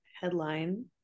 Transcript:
headline